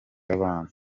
abana